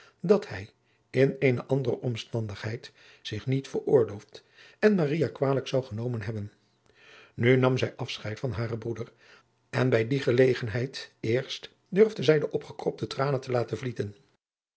dat hij in eene andere omstandigheid zich niet veroorloofd en maria kwalijk zou genomen hebben nu nam zij afscheid van haren broeder en bij die gelegenheid eerst durfde zij de opgekropte tranen te laten vlieten